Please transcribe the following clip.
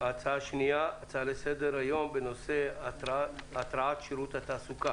הנושא על סדר היום דיון מהיר בנושא: "תכנית משרד הכלכלה